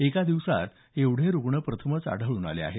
एका दिवसात एवढे रूग्ण प्रथमच आढळून आले आहेत